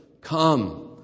Come